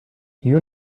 you